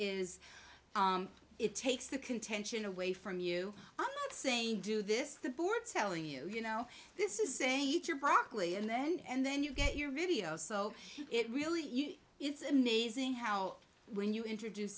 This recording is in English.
is it takes the contention away from you i'm not saying do this the board telling you you know this is saying eat your broccoli and then and then you get your videos so it really is amazing how when you introduce